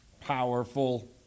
powerful